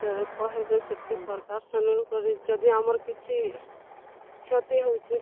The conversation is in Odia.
ତ କହେବେ ସେତେ ସରକାର୍ ସେନୁନୁକରି ଯଦି ଆମର୍ କିଛି କ୍ଷତି ହଉଚେ